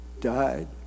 died